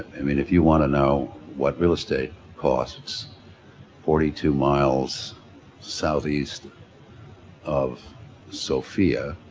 i mean if you want to know what real estate costs forty two miles southeast of sophia,